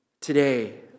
today